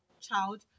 child